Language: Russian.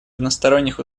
односторонних